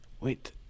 Wait